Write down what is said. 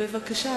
בבקשה.